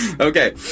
okay